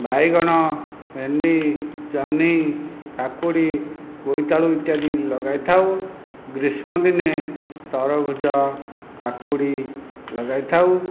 ବାଇଗଣ ଭେଣ୍ଡି ଜହ୍ନି କାକୁଡ଼ି ବୋଇତାଳୁ ଇତ୍ୟାଦି ଲଗାଇଥାଉ ଗ୍ରୀଷ୍ମ ଦିନେ ତରଭୁଜ କାକୁଡ଼ି ଲଗାଇଥାଉ